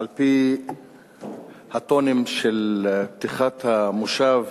על-פי הטונים של פתיחת המושב,